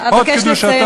אני מבקשת לסיים,